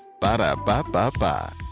Ba-da-ba-ba-ba